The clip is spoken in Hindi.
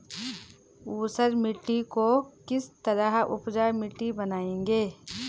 ऊसर मिट्टी को किस तरह उपजाऊ मिट्टी बनाएंगे?